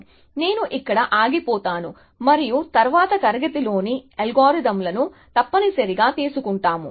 కాబట్టి నేను ఇక్కడ ఆగిపోతాను మరియు తరువాత తరగతిలోని ఆ అల్గోరిథంలను తప్పనిసరిగా తీసుకుంటాము